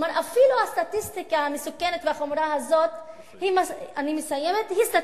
אפילו הסטטיסטיקה המסוכנת והחמורה הזו היא סטטיסטיקה